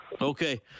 Okay